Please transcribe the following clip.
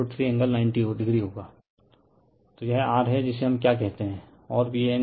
refer slide time 3125 तो यह r है जिसे हम क्या कहते हैं और Van rIa Zy